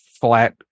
flat